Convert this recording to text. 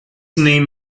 name